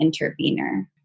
intervener